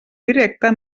directe